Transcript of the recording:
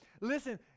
Listen